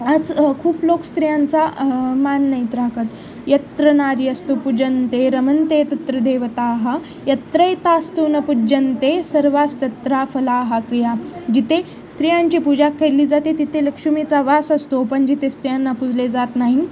आज खूप लोक स्त्रियांचा मान नाहीत राखत यत्र नारी अस्तु पूजन्ते रमन्ते तत्र देवता यत्रैतास्तु न पूजन्ते सर्वास्तत्राफला क्रिया जिथे स्त्रियांची पूजा केली जाते तिथे लक्ष्मीचा वास असतो पण जिथे स्त्रियांना पूजले जात नाही